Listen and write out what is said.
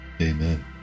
amen